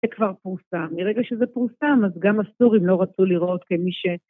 זה כבר פורסם, מרגע שזה פורסם אז גם הסורים לא רצו להראות כמי ש...